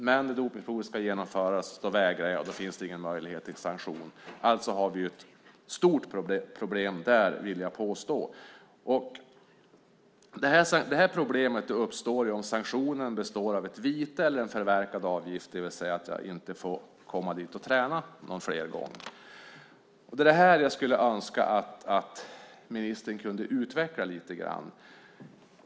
Men när dopningsprovet ska genomföras vägrar jag, och då finns det ingen möjlighet till sanktion. Alltså har vi ett stort problem där, vill jag påstå. Problemet uppstår om sanktionen består av ett vite eller en förverkad avgift, det vill säga att man inte får komma till gymmet och träna fler gånger. Det är det här jag skulle önska att ministern kunde utveckla lite grann.